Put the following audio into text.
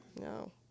No